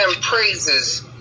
praises